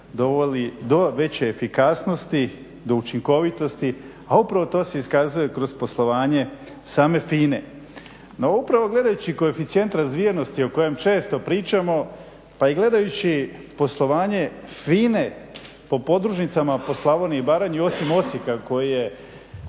dovodi do veće efikasnosti, do učinkovitosti a upravo to se iskazuje kroz poslovanje same FINA-e. No upravo gledajući koeficijent razvijenosti o kojem često pričamo pa i gledajući poslovanje FINA-e po podružnicama po Slavoniji i Baranji osim Osijeka koji je